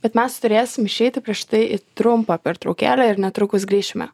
bet mes turėsim išeiti prieš tai į trumpą pertraukėlę ir netrukus grįšime